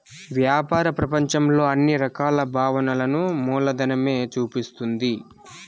వ్యాపార ప్రపంచంలో అన్ని రకాల భావనలను మూలధనమే చూపిస్తుంది